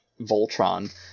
voltron